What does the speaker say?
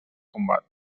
combat